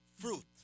fruit